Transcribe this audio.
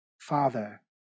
Father